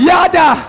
Yada